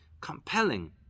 compelling